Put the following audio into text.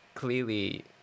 Clearly